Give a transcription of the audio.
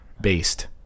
Based